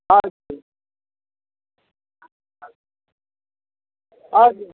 हजुर हजुर